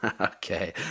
Okay